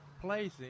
placing